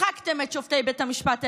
הצחקתם את שופטי בית המשפט העליון.